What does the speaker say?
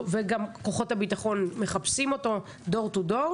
וגם כוחות הביטחון מחפשים אותו מדלת לדלת,